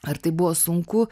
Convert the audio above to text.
ar tai buvo sunku